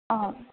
অ'